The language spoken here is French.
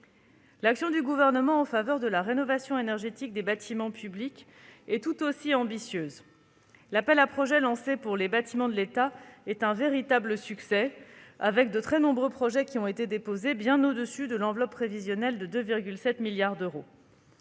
L'action du Gouvernement en faveur de la rénovation énergétique des bâtiments publics est tout aussi ambitieuse. L'appel à projets lancé pour les bâtiments de l'État est un véritable succès. De très nombreux dossiers ont été déposés, allant bien au-delà de l'enveloppe prévisionnelle de 2,7 milliards d'euros.